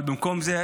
אבל במקום זה,